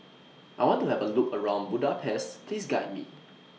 I want to Have A Look around Budapest Please Guide Me